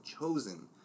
chosen